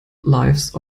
lives